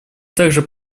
также